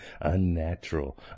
Unnatural